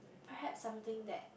perhaps something that